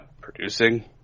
producing